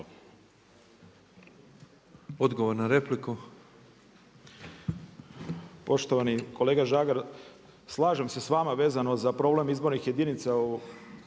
Odgovor na repliku.